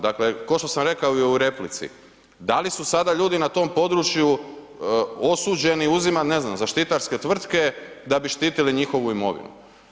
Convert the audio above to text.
Dakle, kao što sam rekao i u replici da li su sada ljudi na tom području osuđeni uzimati, ne znam zaštitarske tvrtke da bi štitili njihovu imovinu.